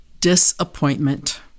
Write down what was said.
Disappointment